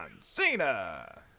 Cena